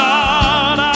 God